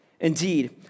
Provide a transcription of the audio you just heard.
Indeed